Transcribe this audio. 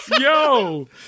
yo